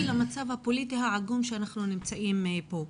למצב הפוליטי העגום שאנחנו נמצאים בו.